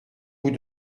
vous